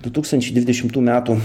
du tūkstančiai dvidešimtų metų